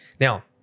Now